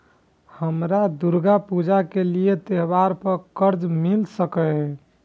हमरा दुर्गा पूजा के लिए त्योहार पर कर्जा मिल सकय?